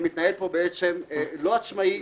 שמתנהל פה בעצם לא עצמאי,